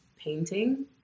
painting